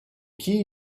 qui